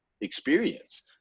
experience